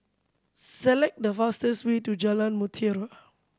select the fastest way to Jalan Mutiara